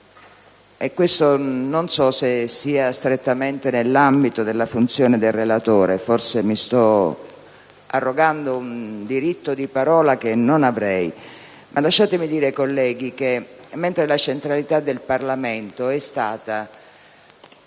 (e questo non so se sia strettamente nell'ambito della funzione del relatore, forse mi sto arrogando un diritto di parola che non avrei, ma lasciatemelo dire, colleghi), considerato che la centralità del Parlamento è stata